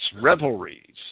revelries